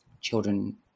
children